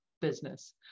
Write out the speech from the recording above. business